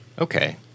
Okay